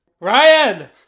Ryan